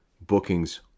bookings